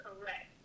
correct